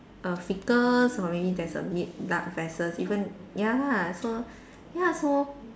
err freckles or maybe there's a mid blood vessels even ya lah so ya so